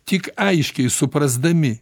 tik aiškiai suprasdami